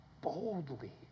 boldly